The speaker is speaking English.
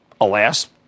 alas